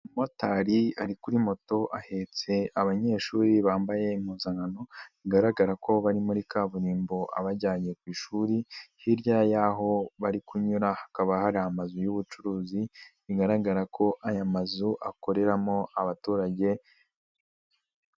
Umumotari ari kuri moto ahetse abanyeshuri bambaye impuzankano bigaragara ko bari muri kaburimbo abajyanye ku ishuri, hirya y'aho bari kunyura hakaba hari amazu y'ubucuruzi bigaragara ko aya mazu akoreramo abaturage.